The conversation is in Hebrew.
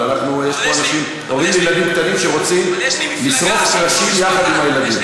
אבל יש פה אנשים הורים לילדים קטנים שרוצים לשרוף קרשים יחד עם הילדים.